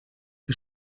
que